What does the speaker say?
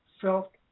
felt